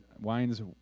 Wine's